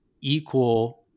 equal